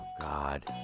God